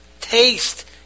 Taste